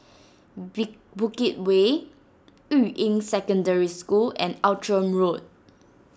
Bukit Way Yuying Secondary School and Outram Road